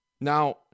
now